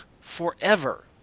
forever